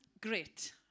Great